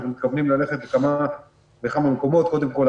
אנחנו מתכוונים ללכת לכמה מקומות קודם כל,